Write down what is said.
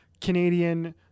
Canadian